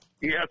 Yes